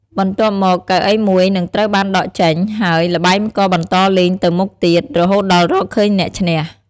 បន្ទាប់មក កៅអីមួយនឹងត្រូវបានដកចេញ ហើយល្បែងក៏បន្តលេងទៅមុខទៀត រហូតដល់រកឃើញអ្នកឈ្នះ។